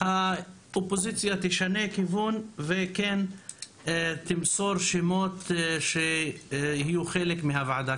האופוזיציה תשנה כיוון וכן תמסור שמות שיהיו חלק מהוועדה.